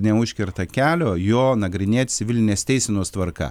neužkerta kelio jo nagrinėt civilinės teisenos tvarka